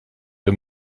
für